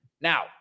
Now